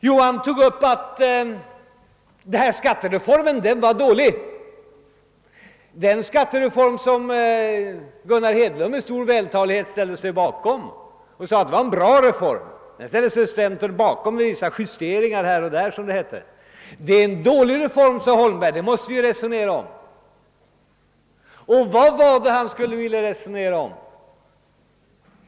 Jo, han framhöll att skattereformen är dålig, den skattereform som Gunnar Hedlund : med stor vältalighet ställde sig bakom, bortsett från vissa justeringar här och där, som det hette. Det är en dålig reform, och vi måste resonera om den, sade herr Holmberg. Och vad ville han resonera om?